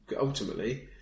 ultimately